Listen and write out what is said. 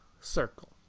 circle